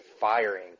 firing